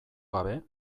gabe